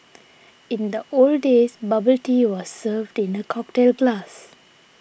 in the old days bubble tea was served in a cocktail glass